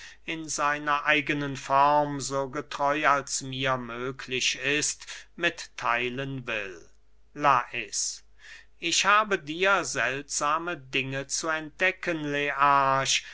in seiner eigenen form so getreu als mir möglich ist mittheilen will christoph martin wieland lais ich habe dir seltsame dinge zu entdecken